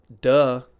duh